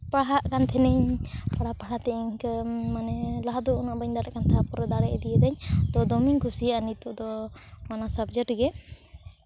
ᱯᱟᱲᱦᱟᱜ ᱠᱟᱱ ᱛᱟᱦᱮᱱᱤᱧ ᱯᱟᱲᱦᱟᱣ ᱯᱟᱲᱦᱟᱣ ᱛᱮ ᱤᱱᱠᱟᱹ ᱢᱟᱱᱮ ᱞᱟᱦᱟᱫᱚ ᱩᱱᱟᱹᱜ ᱵᱟᱹᱧ ᱫᱟᱲᱮᱜ ᱠᱟᱱ ᱛᱟᱦᱮᱸᱜ ᱛᱟᱨᱯᱚᱨᱮ ᱫᱟᱲᱮ ᱤᱫᱤᱭᱟᱫᱟᱹᱧ ᱛᱳ ᱫᱚᱢᱤᱧ ᱠᱩᱥᱤᱭᱟᱜᱼᱟ ᱱᱤᱛᱚᱜ ᱫᱚ ᱚᱱᱟ ᱥᱟᱵᱡᱮᱠᱴ ᱜᱮ